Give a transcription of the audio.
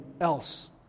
else